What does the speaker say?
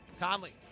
Conley